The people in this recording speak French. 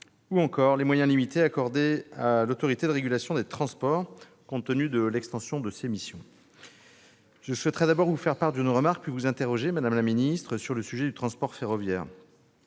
ou encore les moyens limités accordés à l'Autorité de régulation des transports au regard de l'extension de ses missions. Je souhaiterais d'abord vous faire part d'une remarque, madame la ministre, puis vous interroger sur le sujet du transport ferroviaire.